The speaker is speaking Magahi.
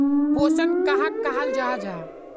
पोषण कहाक कहाल जाहा जाहा?